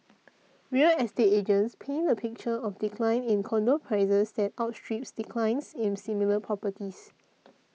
real estate agents paint a picture of a decline in condo prices that outstrips declines in similar properties